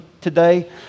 today